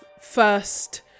first